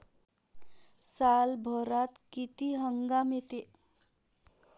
सालभरात किती हंगाम येते?